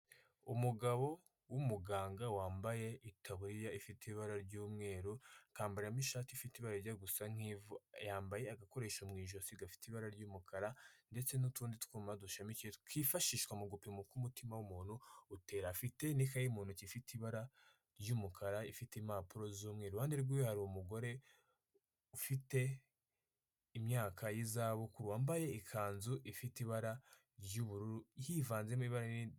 Umugabo w'umuganga wambaye itaburiya ifite ibara ry'umweru, akambariramo ishati ifite ibara rijya gusa nk'ivu, yambaye agakoresho mu ijosi gafite ibara ry'umukara ndetse n'utundi twuma dushamikiyeho twifashishwa mu gupima uko umutima w'umuntu utera. Afite n'ikaye mu ntoki ifite ibara ry'umukara, ifite impapuro z'umweru, iruhande rwe hari umugore ufite imyaka y'izabukuru, wambaye ikanzu ifite ibara ry'ubururu, hivanzemo ibara